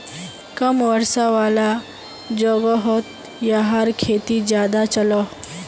कम वर्षा वाला जोगोहोत याहार खेती ज्यादा चलोहो